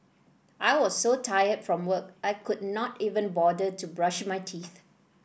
I was so tired from work I could not even bother to brush my teeth